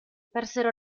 persero